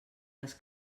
les